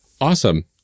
Awesome